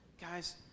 Guys